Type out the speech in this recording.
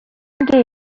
panel